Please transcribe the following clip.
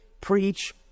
preach